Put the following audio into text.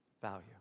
value